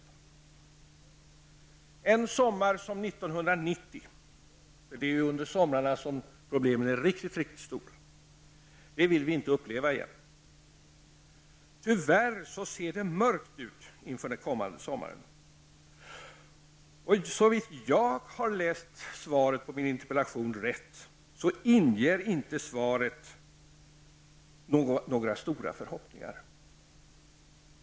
Vi vill inte på nytt uppleva en sommar som den 1990; det är ju under somrarna som problemen är riktigt stora. Tyvärr ser det mörkt ut inför den kommande sommaren. Såvitt jag har läst svaret på min interpellation rätt inger det inte några stora förhoppningar.